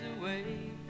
away